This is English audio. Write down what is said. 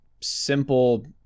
simple